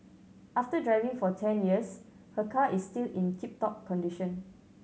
after driving for ten years her car is still in tip top condition